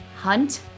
hunt